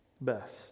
best